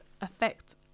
effect